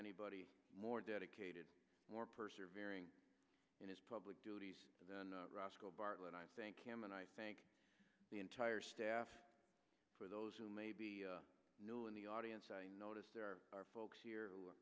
anybody more dedicated more purser varing in his public duties than roscoe bartlett i thank him and i thank the entire staff for those who may be new in the audience i noticed there are folks here who